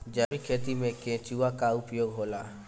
जैविक खेती मे केचुआ का उपयोग होला?